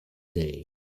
day